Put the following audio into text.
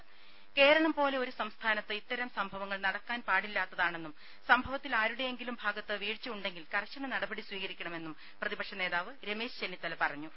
രുമ കേരളം പോലെ ഒരു സംസ്ഥാനത്ത് ഇത്തരം സംഭവങ്ങൾ നടക്കാൻ പാടില്ലാത്തതാണെന്നും സംഭവത്തിൽ ആരുടെയെങ്കിലും ഭാഗത്ത് വീഴ്ച ഉണ്ടെങ്കിൽ കർശന നടപടി സ്വീകരിക്കണമെന്നും പ്രതിപക്ഷ നേതാവ് രമേശ് ചെന്നിത്തല പറഞ്ഞു